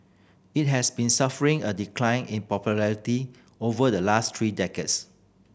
it has been suffering a decline in popularity over the last three decades